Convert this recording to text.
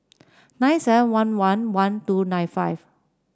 nine seven one one one two nine five